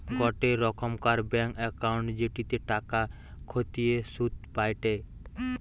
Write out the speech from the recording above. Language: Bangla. গোটে রোকমকার ব্যাঙ্ক একউন্ট জেটিতে টাকা খতিয়ে শুধ পায়টে